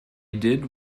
did